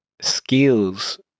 skills